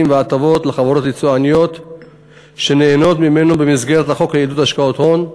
וההטבות לחברות יצואניות שנהנות מהם במסגרת החוק לעידוד השקעות הון.